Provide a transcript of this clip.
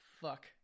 Fuck